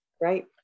Right